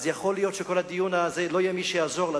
יכול להיות שלא יהיה מי שיעזור.